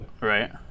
Right